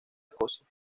escocia